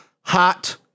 Hot